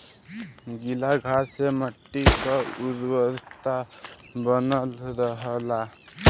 गीला घास से मट्टी क उर्वरता बनल रहला